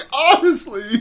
honestly-